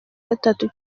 gatatu